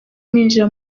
ninjira